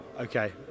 Okay